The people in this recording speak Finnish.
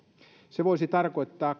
se voisi tarkoittaa